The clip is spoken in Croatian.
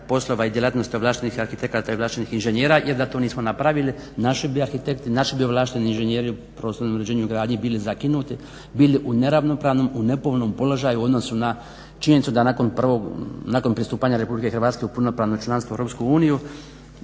poslova i djelatnosti ovlaštenih arhitekata i ovlaštenih inženjera jer da to nismo napravili naši bi arhitekti, naši bi ovlašteni inženjeri u prostornom uređenju i gradnji bili zakinuti, bili u neravnopravnom, u nepovoljnom položaju u odnosu na činjenicu da nakon prvog, nakon pristupanja RH u punopravno članstvu u EU će